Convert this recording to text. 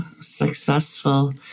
successful